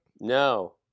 No